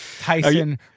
Tyson